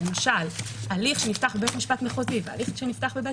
למשל הליך שנפתח בבית משפט מחוזי והליך שנפתח בבית